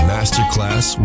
Masterclass